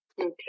Okay